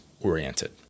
oriented